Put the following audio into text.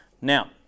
Now